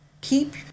Keep